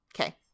okay